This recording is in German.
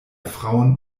frauen